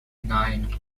nine